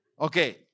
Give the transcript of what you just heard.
okay